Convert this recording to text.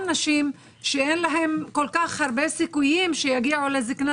נשים שאין להם כל כך הרבה סיכויים שיגיעו לזקנה,